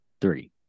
three